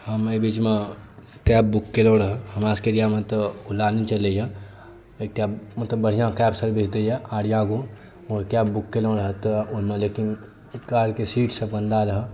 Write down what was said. हम एहिबीचमे cab book केलहुँ रहए हमरासभके एरियामे तऽ ओला नहि चलैए एकटा मतलब बढ़िआँ कैब सर्विस दैए आर्या गो कैब बुक केलहुँ रहए तऽ ओहिमे लेकिन कारके सीटसभ गन्दा रहय